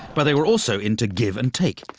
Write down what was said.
but they were also into give and take,